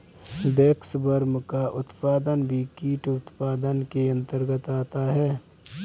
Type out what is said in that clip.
waxworm का उत्पादन भी कीट उत्पादन के अंतर्गत आता है